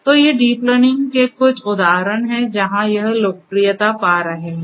तो ये deep learning के कुछ उदाहरण हैं जहां यह लोकप्रियता पा रहे है